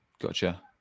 Gotcha